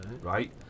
Right